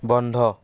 বন্ধ